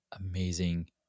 amazing